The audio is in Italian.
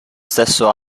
stesso